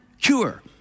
cure